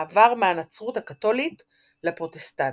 מעבר מהנצרות הקתולית לפרוטסטנטית.